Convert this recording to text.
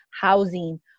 housing